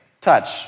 touch